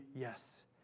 Yes